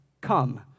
Come